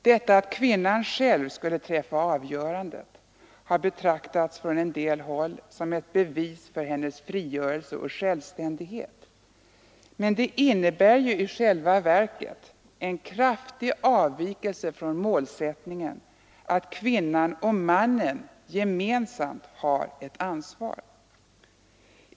Detta att kvinnan själv skulle träffa avgörandet har från en del håll betraktats som ett bevis för hennes frigörelse och självständighet, men det innebär i själva verket en kraftig avvikelse från målsättningen att kvinnan och mannen gemensamt har ett ansvar.